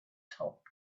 top